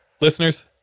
Listeners